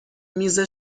میز